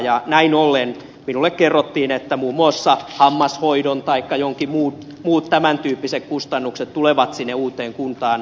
ja näin ollen minulle kerrottiin että muun muassa hammashoidon taikka muut tämäntyyppiset kustannukset tulevat sinne uuteen kuntaan